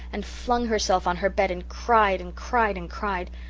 and flung herself on her bed and cried and cried and cried.